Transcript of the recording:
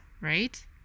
right